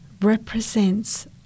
represents